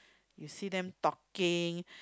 you see them talking